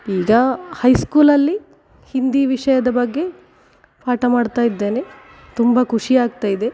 ಈಗ ಹೈಸ್ಕೂಲಲ್ಲಿ ಹಿಂದಿ ವಿಷಯದ ಬಗ್ಗೆ ಪಾಠ ಮಾಡ್ತಾ ಇದ್ದೇನೆ ತುಂಬ ಖುಷಿಯಾಗ್ತಾ ಇದೆ